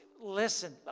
listen